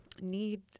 need